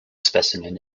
specimen